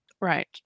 Right